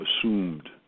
assumed